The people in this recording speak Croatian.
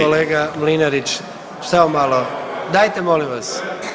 Kolega Mlinarić samo malo, dajte molim vas.